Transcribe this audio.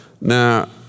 now